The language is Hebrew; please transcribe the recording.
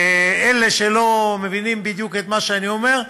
לאלה שלא מבינים בדיוק את מה שאני אומר,